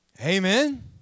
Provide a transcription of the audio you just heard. Amen